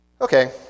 Okay